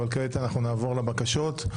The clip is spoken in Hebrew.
אבל כעת נעבור לבקשות.